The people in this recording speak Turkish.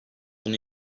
bunu